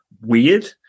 weird